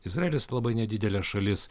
izraelis labai nedidelė šalis